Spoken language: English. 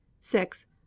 six